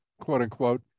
quote-unquote